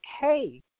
hey